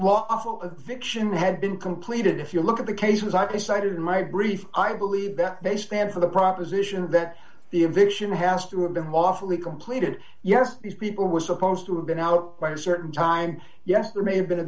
victualling had been completed if you look at the cases i've decided in my brief i believe that they stand for the proposition that the eviction has to have been awfully completed yes these people were supposed to have been out by a certain time yes there may have been a